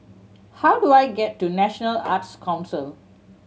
how do I get to National Arts Council